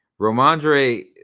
Romandre